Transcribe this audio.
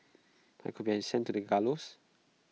I could have been sent to the gallows